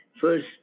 first